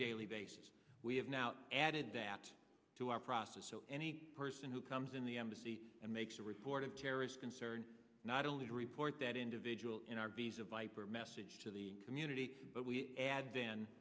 daily basis we have now added that to our process so any person who comes in the embassy and makes a report of terrorist concern not only to report that individual in our visa viper message to the community but we add then